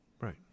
Right